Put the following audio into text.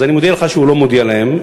אז אני מודיע לך שהוא לא מודיע להם.